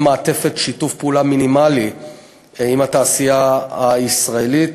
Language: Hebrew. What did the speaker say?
מעטפת שיתוף פעולה מינימלי עם התעשייה הישראלית.